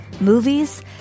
movies